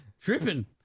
tripping